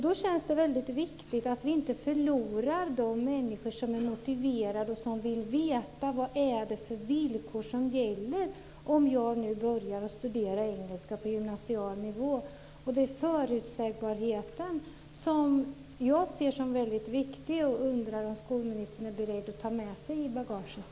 Det känns viktigt att vi inte förlorar de människor som är motiverade och som vill veta vilka villkor som gäller om de börjar studera engelska på gymnasial nivå. Det är förutsägbarheten som jag ser som viktig. Jag undrar om skolministern är beredd att ta med sig det i bagaget.